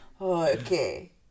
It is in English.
okay